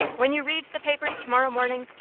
when you read the papers tomorrow morning,